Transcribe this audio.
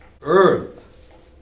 earth